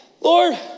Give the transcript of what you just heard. Lord